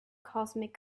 cosmic